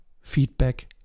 feedback